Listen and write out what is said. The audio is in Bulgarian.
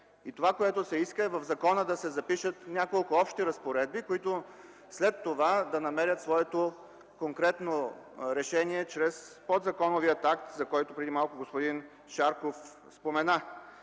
обекти. Иска се в закона да се запишат няколко общи разпоредби, които след това да намерят своето конкретно решение чрез подзаконовия акт, за който преди малко господин Шарков спомена.